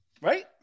Right